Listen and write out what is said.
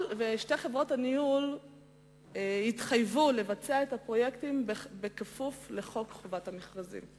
שתי חברות הניהול התחייבו לבצע את הפרויקטים בכפוף לחוק חובת המכרזים.